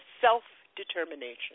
self-determination